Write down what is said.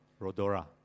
Rodora